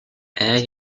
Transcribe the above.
air